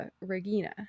regina